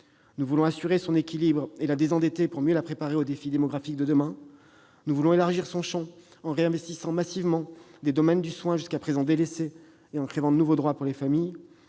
Nous voulons assurer son équilibre et la désendetter, pour mieux la préparer aux défis démographiques de demain. Nous voulons élargir son champ, en réinvestissant massivement des domaines du soin jusqu'à présent délaissés et en créant de nouveaux droits pour les familles.